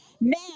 Now